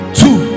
two